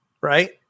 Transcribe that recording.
right